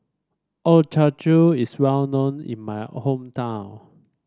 Ochazuke is well known in my hometown